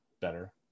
better